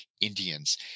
Indians